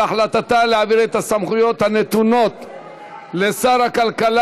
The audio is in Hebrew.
על החלטתה להעביר את הסמכויות הנתונות לשר הכלכלה